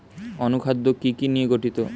অনুখাদ্য কি কি নিয়ে গঠিত?